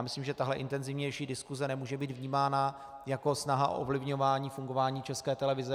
Myslím, že tahle intenzivnější diskuse nemůže být vnímána jako snaha o ovlivňování fungování České televize.